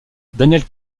daniel